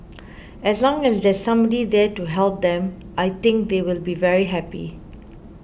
as long as there's somebody there to help them I think they will be very happy